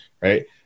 Right